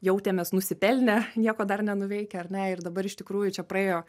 jautėmės nusipelnę nieko dar nenuveikę ar ne ir dabar iš tikrųjų čia praėjo